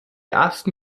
ersten